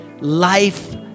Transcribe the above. life